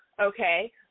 Okay